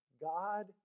God